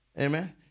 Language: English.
amen